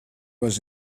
was